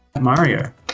Mario